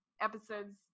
episodes